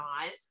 eyes